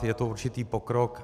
Je to určitý pokrok.